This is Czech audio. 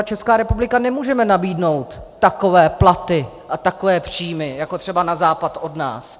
Česká republika jim třeba nemůže nabídnout takové platy a takové příjmy jako třeba na západ od nás.